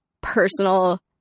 personal